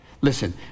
Listen